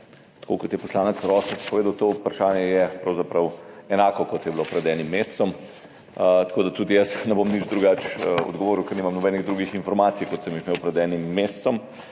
Tako kot je poslanec Rosec povedal, to vprašanje je pravzaprav enako, kot je bilo pred enim mesecem, tako da tudi jaz ne bom nič drugače odgovoril, ker nimam nobenih drugih informacij, kot sem jih imel pred enim mesecem.